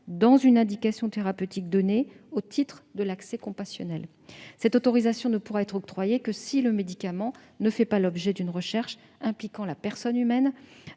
dans une indication thérapeutique donnée, au titre de l'accès compassionnel. Cette autorisation ne pourra être octroyée que si le médicament ne fait pas l'objet d'une recherche impliquant la personne humaine